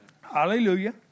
Hallelujah